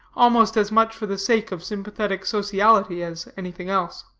almost as much for the sake of sympathetic sociality as anything else.